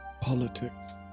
Politics